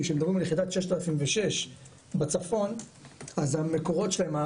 כי כשמדברים על יחידת 6006 בצפון אז המקורות שלהם,